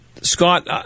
Scott